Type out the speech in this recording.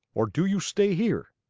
or do you stay here?